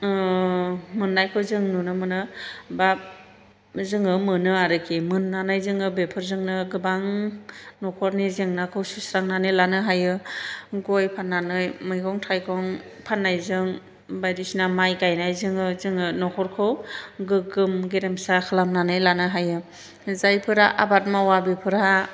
मोन्नायखौ जों नुनो मोनो बा जोङो मोनो आरोखि मोननानै जोङो बेफोरजोंनो गोबां न'खरनि जेंनाखौ सुस्रांनानै लानो हायो गय फान्नानै मैगं थाइगं फान्नायजों बायदिसिना माइ गायनायजोंनो जोङो न'खरखौ गोग्गोम गेरेमसा खालामनानै लानो हायो जायफोरा आबाद मावा बिसोरहा